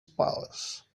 powers